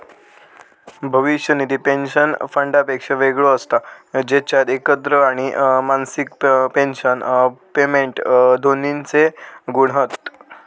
भविष्य निधी पेंशन फंडापेक्षा वेगळो असता जेच्यात एकत्र आणि मासिक पेंशन पेमेंट दोन्हिंचे गुण हत